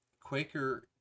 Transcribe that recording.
Quaker